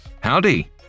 Howdy